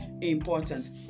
important